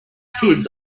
kids